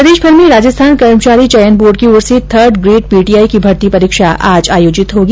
प्रदेश भर में राजस्थान कर्मचारी चयन बोर्ड की ओर से थर्ड ग्रेड पीटीआई की भर्ती परीक्षा आज आयोजित होगी